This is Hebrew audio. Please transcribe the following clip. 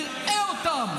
נראה אותם.